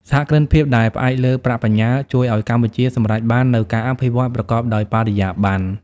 សហគ្រិនភាពដែលផ្អែកលើប្រាក់បញ្ញើ ជួយឱ្យកម្ពុជាសម្រេចបាននូវ "ការអភិវឌ្ឍប្រកបដោយបរិយាបន្ន"។